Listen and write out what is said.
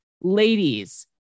ladies